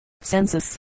Census